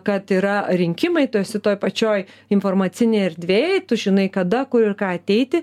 kad yra rinkimai tu esi toj pačioj informacinėj erdvėj tu žinai kada kur ir ką ateiti